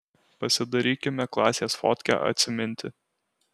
pasidarykime klasės fotkę atsiminti